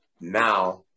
Now